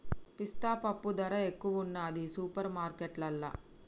పిస్తా పప్పు ధర ఎక్కువున్నది సూపర్ మార్కెట్లల్లా